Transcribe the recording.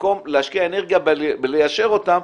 במקום להשקיע אנרגיה בליישר אותם,